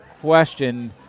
question